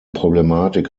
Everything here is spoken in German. problematik